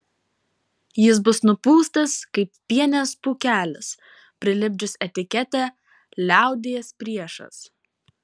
jis bus nupūstas kaip pienės pūkelis prilipdžius etiketę liaudies priešas